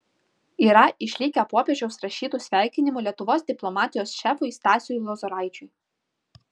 yra išlikę popiežiaus rašytų sveikinimų lietuvos diplomatijos šefui stasiui lozoraičiui